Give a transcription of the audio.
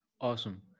Awesome